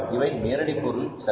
இவை நேரடி பொருள் செலவு